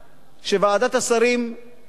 שוועדת השרים תעביר אותה.